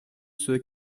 ceux